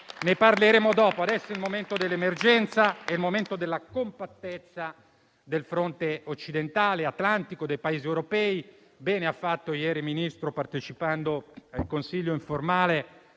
ne parleremo dopo: adesso è il momento dell'emergenza e della compattezza del fronte occidentale, atlantico e dei Paesi europei. Bene ha fatto ieri il Ministro, partecipando al consiglio informale,